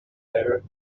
letter